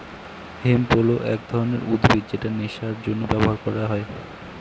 hemp হল এক ধরনের উদ্ভিদ যেটা নেশার জন্য ব্যবহার করা হয়